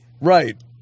Right